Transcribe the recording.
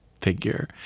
figure